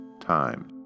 time